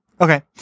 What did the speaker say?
Okay